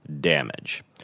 damage